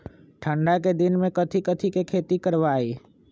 ठंडा के दिन में कथी कथी की खेती करवाई?